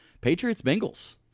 Patriots-Bengals